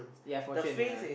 yeah fortune yeah